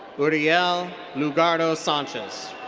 uriel lugardo sanchez.